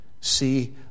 see